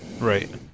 Right